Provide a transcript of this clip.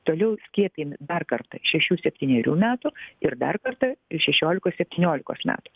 toliau skiepijami dar kartą šešių septynerių metų ir dar kartą šešiolikos septyniolikos metų